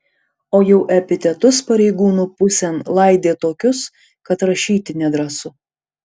o jau epitetus pareigūnų pusėn laidė tokius kad rašyti nedrąsu